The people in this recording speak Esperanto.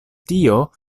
tio